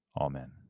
Amen